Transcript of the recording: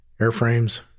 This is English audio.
airframes